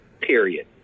Period